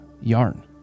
Yarn